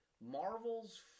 marvel's